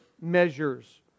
measures